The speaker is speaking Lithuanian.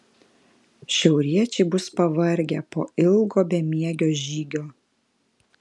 šiauriečiai bus pavargę po ilgo bemiegio žygio